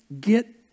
get